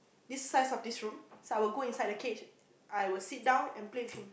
this size of this room so I will go inside the cage I will sit down and play with him